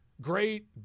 great